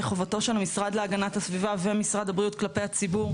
היא חובתו של המשרד להגנת הסביבה ומשרד הבריאות כלפי הציבור,